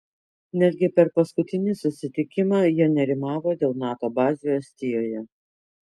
netgi per paskutinį susitikimą jie nerimavo dėl nato bazių estijoje